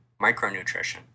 micronutrition